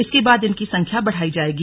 इसके बाद इनकी संख्या बढ़ाई जाएगी